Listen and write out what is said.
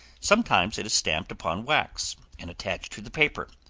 sometimes it is stamped upon wax, and attached to the paper,